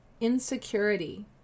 insecurity